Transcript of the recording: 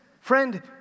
friend